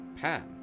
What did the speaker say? Pan